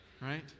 right